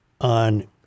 on